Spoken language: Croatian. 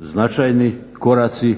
značajni koraci,